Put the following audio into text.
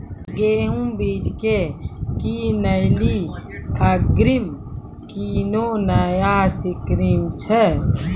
गेहूँ बीज की किनैली अग्रिम कोनो नया स्कीम छ?